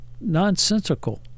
nonsensical